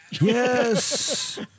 Yes